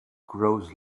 grows